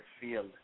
field